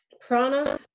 prana